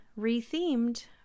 rethemed